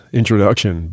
introduction